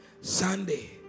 Sunday